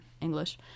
english